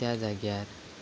त्या जाग्यार